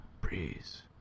Breeze